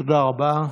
תודה רבה.